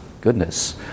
goodness